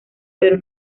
pero